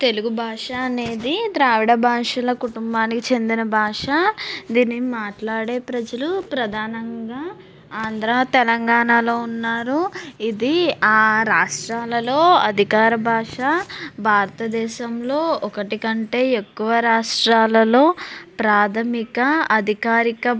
తెలుగు భాష అనేది ద్రావిడ భాషల కుటుంబానికి చెందిన భాష దీనిని మాట్లాడే ప్రజలు ప్రధానంగా ఆంధ్ర తెలంగాణలో ఉన్నారు ఇది ఆ రాష్ట్రాలలో అధికార భాష భారత దేశంలో ఒకటికంటే ఎక్కువ రాష్ట్రాలలో ప్రాథమిక అధికారిక